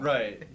Right